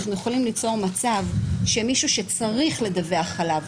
אנחנו יכולים ליצור מצב שמישהו שצריך לדווח עליו,